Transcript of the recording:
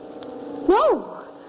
No